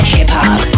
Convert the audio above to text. Hip-hop